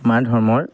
আমাৰ ধৰ্মৰ